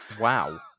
Wow